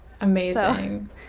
amazing